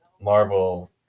Marvel